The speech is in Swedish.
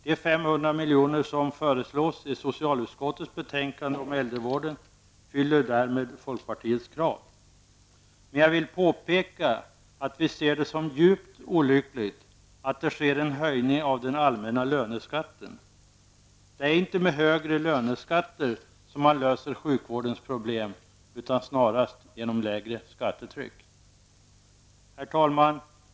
De 500 milj.kr. som föreslås i socialutskottets betänkande om äldrevården fyller därmed folkpartiets krav. Men jag vill påpeka att vi ser det djupt olyckligt att det sker en höjning av den allmänna löneskatten. Det är inte med högre löneskatter som man löser sjukvårdens problem utan snarast genom lägre skattetryck. Herr talman!